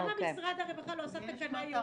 למה משרד הרווחה לא עשה תקנה ייעודית